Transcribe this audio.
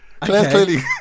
Clearly